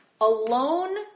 alone